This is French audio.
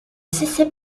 cessait